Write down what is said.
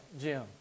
Jim